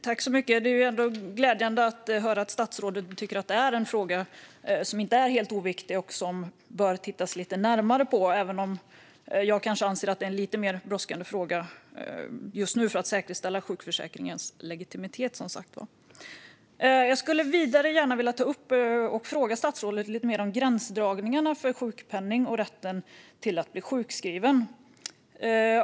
Fru talman! Det är glädjande att höra att statsrådet tycker att detta är en fråga som inte är helt oviktig och som bör tittas lite närmare på, även om jag som sagt anser att det är en lite mer brådskande fråga för att säkerställa sjukförsäkringens legitimitet. Jag skulle vidare vilja ta upp och fråga statsrådet lite mer om gränsdragningarna för sjukpenning och rätten att bli sjukskriven.